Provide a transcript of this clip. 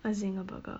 a zinger burger